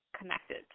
connected